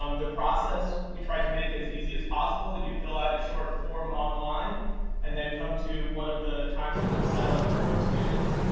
um the process we tried to make as easy as possible. you fill out a short form online and then come to one of the times that we've set up for students,